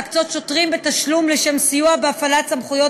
להקצות שוטרים בתשלום לשם סיוע בהפעלת סמכויות